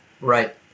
Right